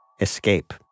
escape